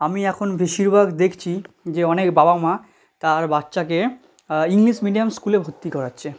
আমি এখন বেশিরভাগ দেখচি যে অনেক বাবা মা তার বাচ্ছাকে ইংলিশ মিডিয়াম স্কুলে ভর্তি করাচ্ছে